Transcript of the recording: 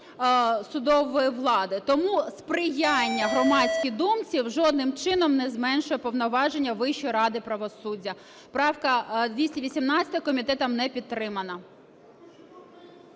судової влади. Тому сприяння громадській думці жодним чином не зменшує повноваження Вищої ради правосуддя. Правка 218 комітетом не підтримана.